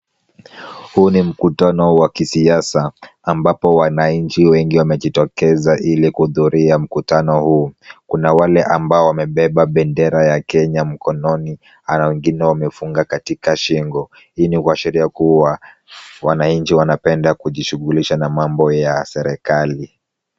Huu ni mkutano wa kisiasa ambapo wananchi wengi wanajitokeza ili kuhudhuria mkutano huu. Kuna wale ambao wamebeba bendera ya Kenya mkononi na wengine wamefunga katika shingo. Hii ni kuashiria kuwa wananchi wanapenda kujishughulisha na mambo ya serikali.